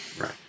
Right